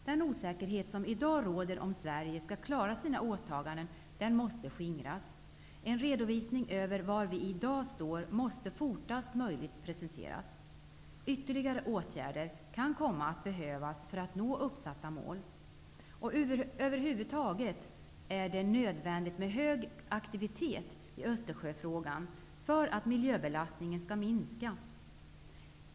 Den osäkerhet som i dag råder om Sverige skall klara sina åtaganden måste skingras. En redovisning över var vi i dag står måste fortast möjligt presenteras. Ytterligare åtgärder kan komma att behövas för att nå uppsatta mål. Det är över huvud taget nödvändigt med hög aktivitet i Östersjöfrågan för att miljöbelastningen skall minska.